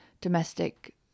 domestic